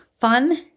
fun